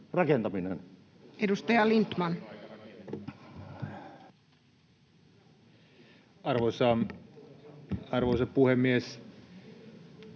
Edustaja Tavio. Arvoisa puhemies!